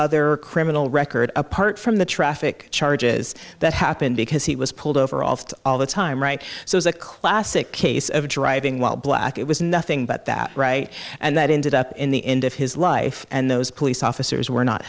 other criminal record apart from the traffic charges that happened because he was pulled over all all the time right so it's a classic case of driving while black it was nothing but that right and that ended up in the end of his life and those police officers were not